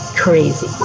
Crazy